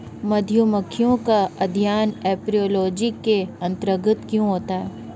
मधुमक्खियों का अध्ययन एपियोलॉजी के अंतर्गत क्यों होता है?